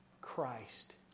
Christ